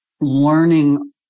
learning